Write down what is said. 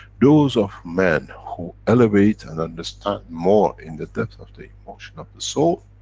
those of men who elevate and understand more in the depths of the emotion of the soul,